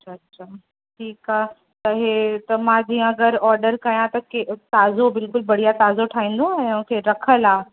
अच्छा अच्छा ठीकु आहे त इहो त मां जीअं अगरि ऑर्डर कयां की ताज़ो बिल्कुलु बढ़िया ताज़ो ठाहींदो या की रखियलु आहे